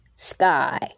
Sky